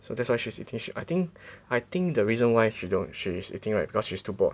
so that's why she's eating I think I think the reason why she's don't she's eating right is because she's too bored